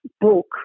book